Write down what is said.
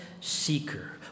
seeker